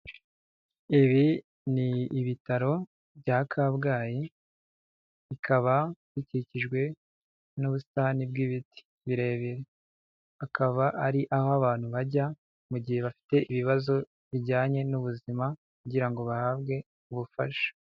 Ibi ni ibitaro bya kabgayi, bikaba bikikijwe n'ubusitani bw'ibiti birebire. Akaba ari aho abantu bajya mu gihe bafite ibibazo bijyanye n'ubuzima kugira ngo bahabwe ubufasha.